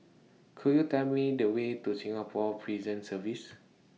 Could YOU Tell Me The Way to Singapore Prison Service